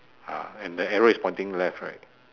ah and the arrow is pointing left right